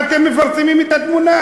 מה אתם מפרסמים את התמונה?